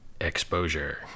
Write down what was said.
exposure